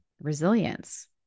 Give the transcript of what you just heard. resilience